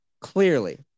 Clearly